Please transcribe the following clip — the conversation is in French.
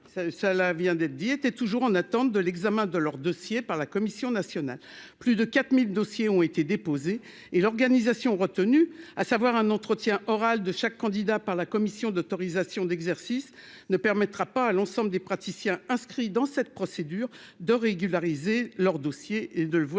la vient d'être dit, étaient toujours en attente de l'examen de leur dossier par la Commission nationale, plus de 4000 dossiers ont été déposés et l'organisation retenue, à savoir un entretien Oral de chaque candidat par la commission d'autorisation d'exercice ne permettra pas l'ensemble des praticiens inscrits dans cette procédure de régulariser leur dossier et de le voir